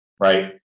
right